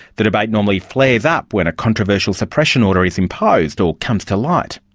the debate normally flares up when a controversial suppression order is imposed or comes to light.